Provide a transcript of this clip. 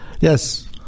Yes